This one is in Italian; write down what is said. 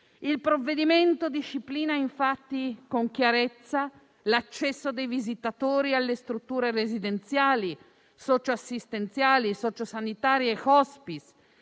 Il provvedimento disciplina con chiarezza l'accesso dei visitatori alle strutture residenziali socio-assistenziali e socio-sanitarie e